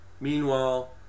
Meanwhile